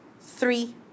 Three